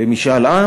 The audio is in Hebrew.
למשאל עם